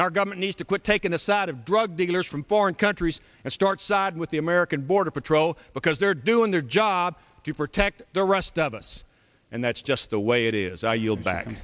and our government needs to quit taking the side of drug dealers from foreign countries and start side with the american border patrol because they're doing their job to protect the rest of us and that's just the way it is i yield back